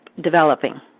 developing